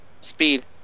speed